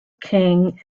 king